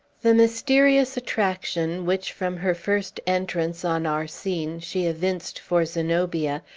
the mysterious attraction, which, from her first entrance on our scene, she evinced for zenobia,